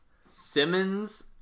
Simmons